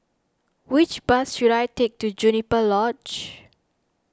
which bus should I take to Juniper Lodge